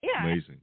amazing